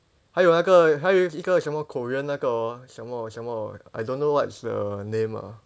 还有那个还有一个什么 korean 那个 hor 什么什么 I don't know what's the name ah